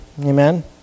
amen